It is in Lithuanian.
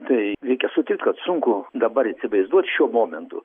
tai reikia sutikt kad sunku dabar įsivaizduot šiuo momentu